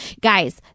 Guys